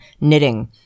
knitting